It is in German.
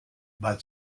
weil